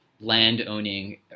land-owning